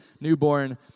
newborn